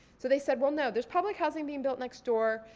so they said, well no, there's probably housing being built next door.